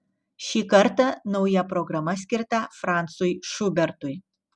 šį kartą nauja programa skirta francui šubertui